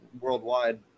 worldwide